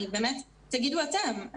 תגידו אתם,